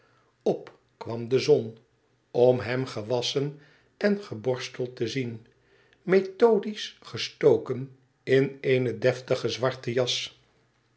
op kwam de zon om hem gewasschen en geborsteld te zien methodistisch gestoken in eene defdge zwarte jas